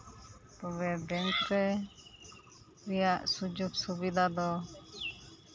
ᱛᱚᱵᱮ ᱵᱮᱝᱠ ᱨᱮ ᱨᱮᱭᱟᱜ ᱥᱩᱡᱳᱜᱽ ᱥᱩᱵᱤᱫᱷᱟ ᱫᱚ